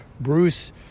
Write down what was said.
Bruce